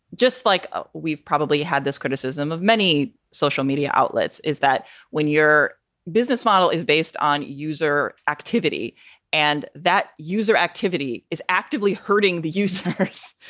just like ah we've probably had this criticism of many social media outlets, is that when your business model is based on user activity and that user activity is actively hurting the users,